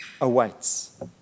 awaits